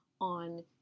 on